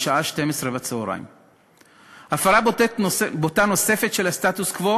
משעה 12:00. הפרה בוטה נוספת של הסטטוס-קוו